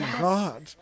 God